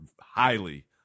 highly